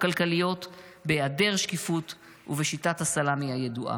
הכלכליות בהיעדר שקיפות ובשיטת הסלאמי הידועה.